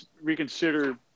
reconsider